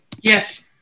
yes